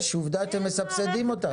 יש, עובדה שאתם מסבסדים אותה.